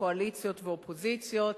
קואליציות ואופוזיציות,